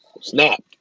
Snap